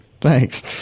Thanks